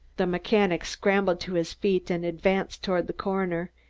the mechanic scrambled to his feet and advanced toward the coroner,